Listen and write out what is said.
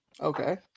Okay